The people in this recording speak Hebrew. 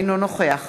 אינו נוכח